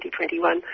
2021